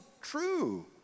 true